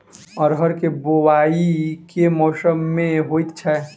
अरहर केँ बोवायी केँ मौसम मे होइ छैय?